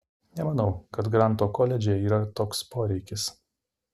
nemanau kad granto koledže yra toks poreikis